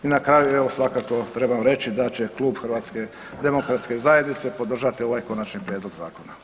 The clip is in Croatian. I na kraju evo, svakako trebam reći da će Klub HDZ-a podržati ovaj konačni prijedlog zakona.